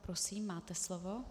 Prosím máte slovo.